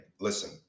listen